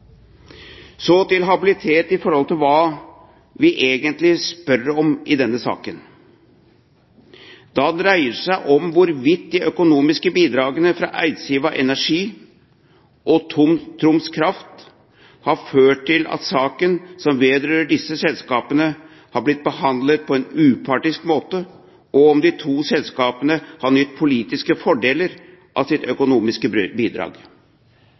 Så til habilitet i forhold til hva vi egentlig spør om i denne saken. Det dreier seg om hvorvidt de økonomiske bidragene fra Eidsiva Energi og Troms Kraft har ført til at saken som vedrører disse selskapene, har blitt behandlet på en upartisk måte, og om de to selskapene har nytt politiske fordeler av sine økonomiske bidrag.